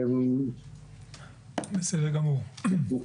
בסדר גמור.